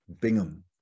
Bingham